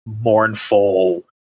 mournful